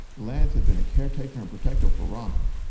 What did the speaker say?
lance had been a caretaker and protector for ronald,